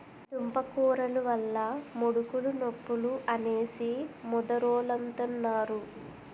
దుంపకూరలు వల్ల ముడుకులు నొప్పులు అనేసి ముదరోలంతన్నారు